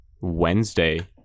Wednesday